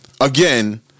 again